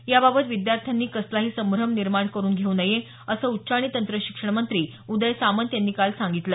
याबाबत विद्यार्थ्यांनी कसलाही संभ्रम निर्माण करून घेऊ नये असं उच्च आणि तंत्र शिक्षण मंत्री उदय सामंत यांनी काल सांगितलं